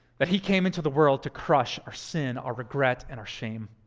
that he came into the world to crush our sin, our regret, and our shame.